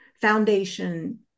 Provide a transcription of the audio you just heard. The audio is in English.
foundation